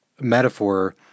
metaphor